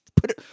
put